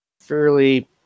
fairly